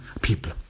people